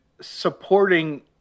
supporting